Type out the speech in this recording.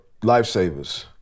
Lifesavers